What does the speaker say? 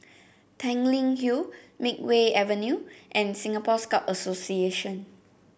Tanglin Hill Makeway Avenue and Singapore Scout Association